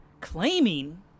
claiming